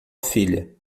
filha